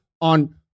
on